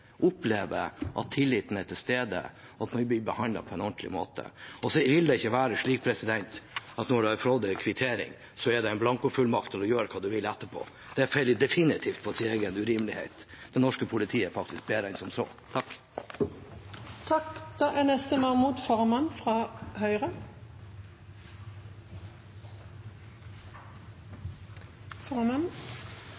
opplever at tilliten er til stede, og at man blir behandlet på en ordentlig måte. Det vil ikke være slik at når man har fått en kvittering, er det en blankofullmakt til å gjøre hva man vil etterpå. Det faller definitivt på sin egen urimelighet. Det norske politiet er faktisk bedre enn som så. Det er